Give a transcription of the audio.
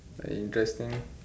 interesting